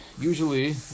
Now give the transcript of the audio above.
Usually